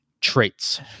traits